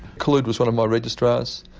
khulod was one of my registrars,